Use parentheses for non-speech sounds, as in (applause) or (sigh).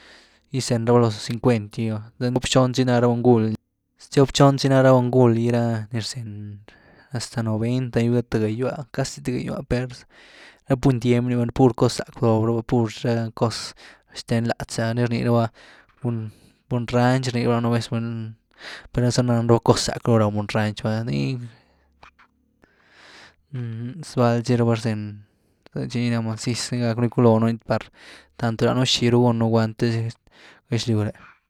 Gy’zeny raba loo cincuent’gy va, (unintelligible) ztiop xón’zy na ra buny guul’gyrá ni rzeny hasta noventa gy, th gáagywa, casi th gáagywa, per rá buny tiem ni va pur cos záck bdaw raba, pur rá cos zten látz’ah ni rnii raba, buny ranch rnii rabá nú vez, buny, per eizá nan raba cos záck ru raw buny ranch va, (unintelligible) (hesitation) zvál zy rabá rzeny zëh, tchi ni na maziz zy gacknu gycwloonu par tanto danëen xih ru gún nu gwand té gëxlyw re’.